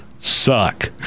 suck